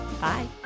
Bye